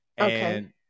Okay